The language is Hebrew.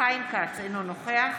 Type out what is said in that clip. חיים כץ, אינו נוכח